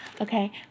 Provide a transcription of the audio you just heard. okay